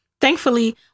Thankfully